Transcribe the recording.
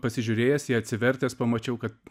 pasižiūrėjęs ją atsivertęs pamačiau kad